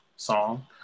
song